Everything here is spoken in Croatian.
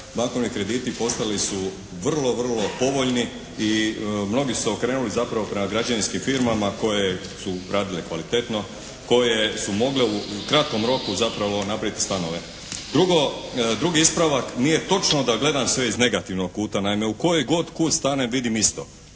Bankovni krediti postali su vrlo, vrlo povoljni i mnogi su se okrenuli zapravo prema građevinskim firmama koje su radile kvalitetno, koje su mogle u kratkom roku zapravo napraviti stanove. Drugo, drugi ispravak nije točno da gledam sve iz negativnog kuta. Naime u koji god kut stanem vidim isto.